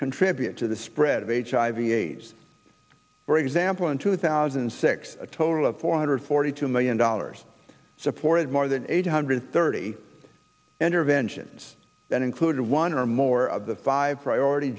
contribute to the spread of hiv aids for example in two thousand and six a total of four hundred forty two million dollars supported more than eight hundred thirty interventions that include one or more of the five priority